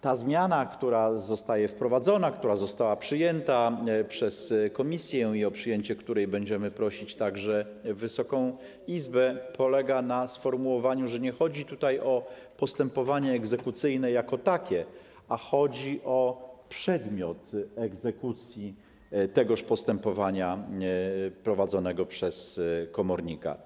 Ta zmiana, która została wprowadzona, która została przyjęta przez komisję i o której przyjęcie będziemy prosić także Wysoką Izbę, polega na sformułowaniu, że nie chodzi tutaj o postępowanie egzekucyjne jako takie, a chodzi o przedmiot egzekucji tegoż postępowania prowadzonego przez komornika.